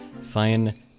fine